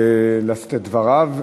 לשאת את דבריו.